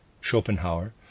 Schopenhauer